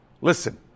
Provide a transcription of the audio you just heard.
Listen